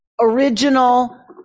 original